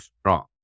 strong